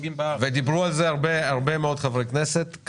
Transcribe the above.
ודיברו על זה הרבה מאוד חברי כנסת,